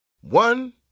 One